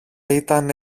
ήταν